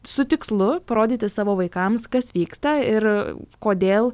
su tikslu parodyti savo vaikams kas vyksta ir kodėl